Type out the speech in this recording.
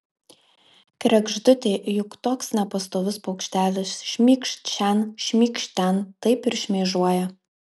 kregždutė juk toks nepastovus paukštelis šmykšt šen šmykšt ten taip ir šmėžuoja